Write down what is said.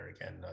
Again